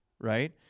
right